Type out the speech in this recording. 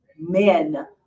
men